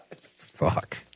Fuck